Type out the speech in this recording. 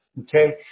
okay